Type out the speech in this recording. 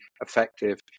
effective